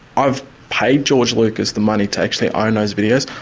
i've paid george lucas the money to actually own those videos,